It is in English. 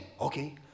Okay